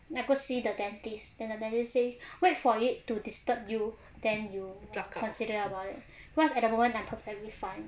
I go see the dentist then the dentist says wait for it to disturb you then you consider about it cause at the moment I'm perfectly fine